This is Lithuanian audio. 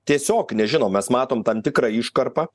tiesiog nežinom mes matom tam tikrą iškarpą